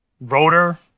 rotor